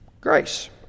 grace